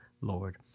Lord